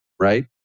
Right